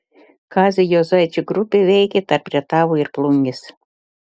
kazio juozaičio grupė veikė tarp rietavo ir plungės